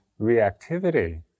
reactivity